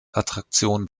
attraktion